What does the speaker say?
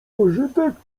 pożytek